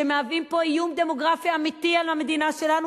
שמהווים פה איום דמוגרפי אמיתי על המדינה שלנו,